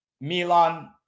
Milan